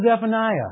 Zephaniah